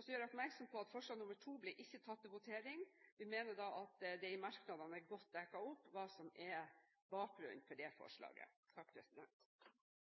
Jeg gjør oppmerksom på at forslag nr. 2 ikke blir tatt til votering. Vi mener at det i merknadene er godt dekket opp hva som er bakgrunnen for det forslaget.